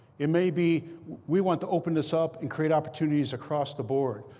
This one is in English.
it may be we want to open this up and create opportunities across the board.